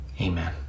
Amen